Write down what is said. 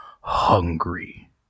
hungry